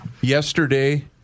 Yesterday